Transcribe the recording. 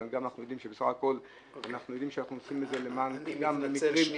אבל אנחנו יודעים שאנחנו גם עושים את זה --- אני מחדש את